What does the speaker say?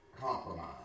compromise